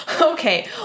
Okay